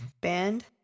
band